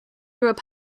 through